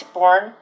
born